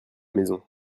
maison